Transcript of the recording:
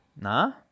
Nah